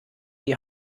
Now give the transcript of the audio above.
die